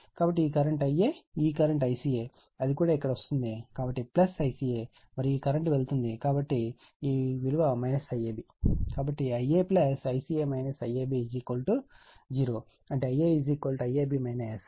కాబట్టి ఈ current Ia ఈ కరెంట్ ICA అది కూడా ఇక్కడకు వస్తుంది కాబట్టి ICA మరియు ఈ కరెంట్ వెళ్తుంది కనుక ఈ విలువ IAB కాబట్టి Ia ICA IAB 0 అంటే Ia IAB ICA